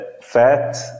fat